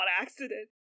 accident